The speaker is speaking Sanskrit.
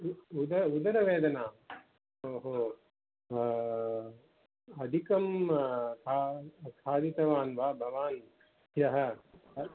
उ उद उदरवेदना ओ हो अधिकं खाद् खादितवान् वा भवान् ह्यः